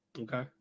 Okay